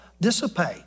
dissipate